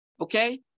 okay